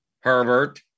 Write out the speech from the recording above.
Herbert